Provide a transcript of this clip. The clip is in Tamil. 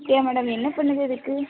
அப்படியா மேடம் என்ன பண்ணுது அதுக்கு